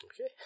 Okay